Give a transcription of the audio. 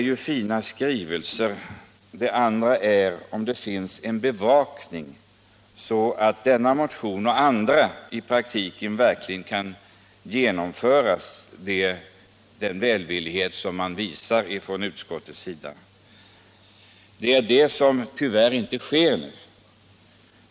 Men fina skrivelser är en sak, en annan är om det finns en bevakning så att syftet med denna motion och andra i praktiken kan tillgodoses. Detta sker tyvärr inte.